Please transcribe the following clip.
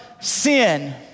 sin